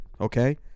Okay